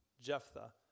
Jephthah